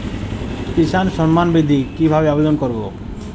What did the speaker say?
কিষান সম্মাননিধি কিভাবে আবেদন করব?